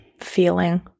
feeling